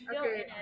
Okay